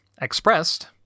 expressed